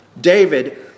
David